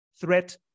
threat